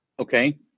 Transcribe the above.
Okay